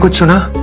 but sooner.